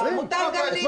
מותר גם לי.